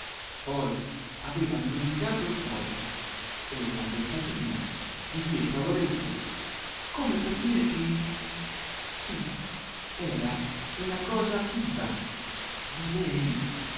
poi aveva allungato il collo e una beccatina di dietro all'orecchio come per dire che sì era una cosa viva di lei